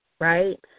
right